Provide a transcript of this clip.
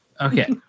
okay